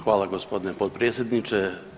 Hvala g. potpredsjedniče.